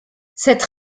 cette